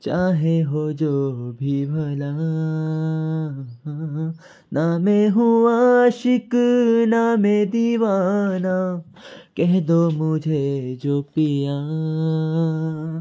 चाहे हो जो भी भला ना मै हूँ आशीक ना मै दिवाना कह दो मुझे जो पिया